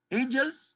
angels